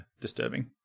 disturbing